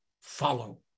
follow